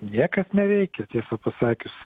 niekas neveikia tiesą pasakius